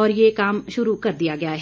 और ये काम शुरू कर दिया गया है